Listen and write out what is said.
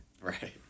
Right